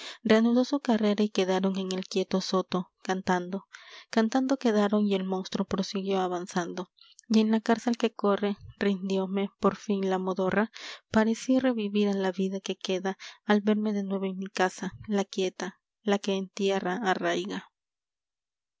reanudó su carrera y quedaron en el quieto soto cantando cantando quedaron y el monstruo prosiguió avanzando y en la cárcel que corre rindióme por fin la modorra parecí revivir a la vida que queda al verme de nuevo en mi casa la quieta la que en tierra arraiga